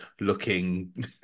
looking